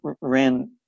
ran